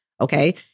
okay